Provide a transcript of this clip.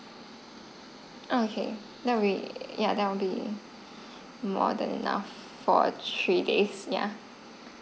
okay that will yeah that would be more than enough for three days yeah